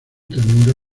ternura